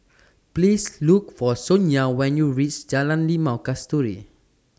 Please Look For Sonya when YOU REACH Jalan Limau Kasturi